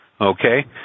Okay